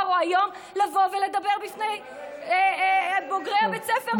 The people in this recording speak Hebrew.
או היום לבוא ולדבר בפני בוגרי בית הספר.